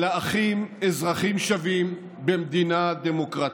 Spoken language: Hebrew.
אלא אחים, אזרחים שווים במדינה דמוקרטית.